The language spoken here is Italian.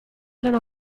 erano